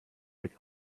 with